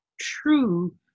true